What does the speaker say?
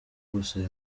gusaba